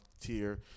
tier